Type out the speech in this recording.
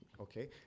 Okay